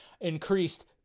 increased